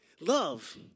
Love